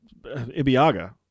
Ibiaga